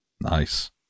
Nice